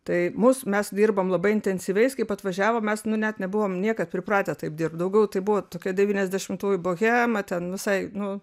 tai mus mes dirbom labai intensyviai jis kaip atvažiavo mes net nebuvom niekad pripratę taip dirbt daugiau tai buvo tokia devyniasdešimtųjų bohema ten visai nu